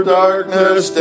darkness